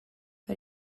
but